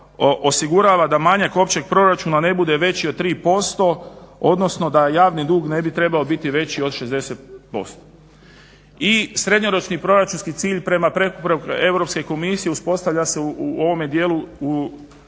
osigurava da manjak općeg proračuna ne bude veći od 3% odnosno da javni dug ne bi trebao biti veći od 60%. I srednjoročni proračunski cilj prema preporukama EU komisije uspostavlja se u ovome dijelu